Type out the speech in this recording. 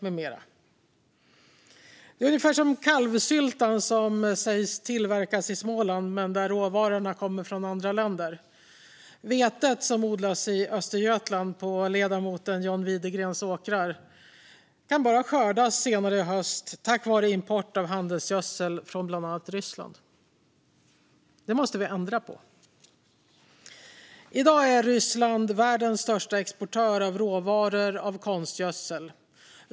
Det är ungefär som med kalvsyltan som sägs tillverkas i Småland men där råvarorna kommer från andra länder. Vetet som odlas i Östergötland på ledamoten John Widegrens åkrar kan bara skördas senare i höst tack vare import av handelsgödsel från bland annat Ryssland. Det måste vi ändra på. I dag är Ryssland världens största exportör av råvaror för konstgödsel.